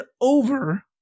over